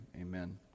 amen